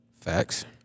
Facts